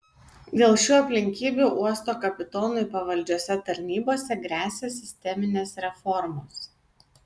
dėl šių aplinkybių uosto kapitonui pavaldžiose tarnybose gresia sisteminės reformos